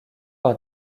par